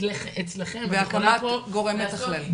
אצלך את יכולה פה לעשות ---.